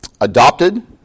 adopted